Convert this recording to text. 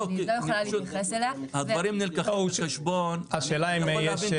אני לא יכולה להיכנס אל השאלה הזאת.